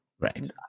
right